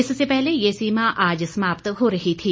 इससे पहले यह सीमा आज समाप्त हो रही थी